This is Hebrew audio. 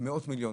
מאות מיליונים.